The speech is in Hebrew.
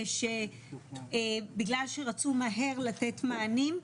זה שבגלל שרצו מהר לתת מענים,